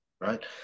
right